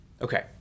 Okay